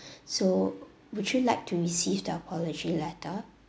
so would you like to receive the apology letter